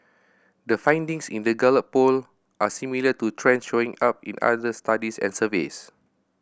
the findings in the Gallup Poll are similar to trends showing up in other studies and surveys